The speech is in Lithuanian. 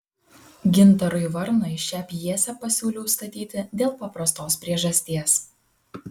gintarui varnui šią pjesę pasiūliau statyti dėl paprastos priežasties